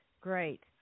great